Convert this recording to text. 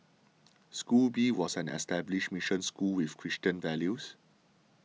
school B was an established mission school with Christian values